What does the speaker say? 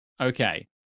okay